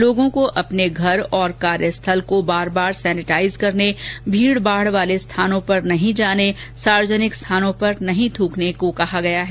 लोगों को अपने घर और कार्यस्थल को बार बार सेनेटाइज करने भीड़भाड़ वाले स्थानों पर न जाने सार्वजनिक स्थानों पर नहीं थूकने का परामर्श दिया गया है